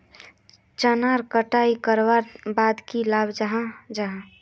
चनार कटाई करवार बाद की लगा जाहा जाहा?